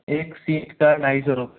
एक शीट का ढाई सौ रुपये